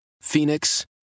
Phoenix